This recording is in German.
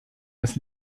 das